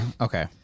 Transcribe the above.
Okay